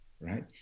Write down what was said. right